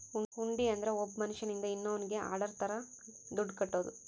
ಹುಂಡಿ ಅಂದ್ರ ಒಬ್ಬ ಮನ್ಶ್ಯನಿಂದ ಇನ್ನೋನ್ನಿಗೆ ಆರ್ಡರ್ ತರ ದುಡ್ಡು ಕಟ್ಟೋದು